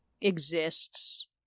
exists